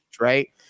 right